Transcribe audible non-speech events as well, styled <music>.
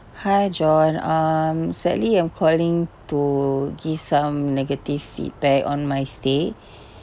hi john um sadly I'm calling to give some negative feedback on my stay <breath>